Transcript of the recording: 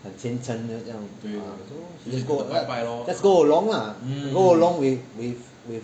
很虔诚就这样 she just go along just go along lah go along with with with